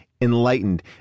Enlightened